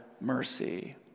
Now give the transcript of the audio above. mercy